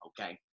okay